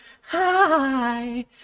Hi